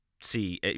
see